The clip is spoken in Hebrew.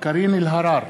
קארין אלהרר,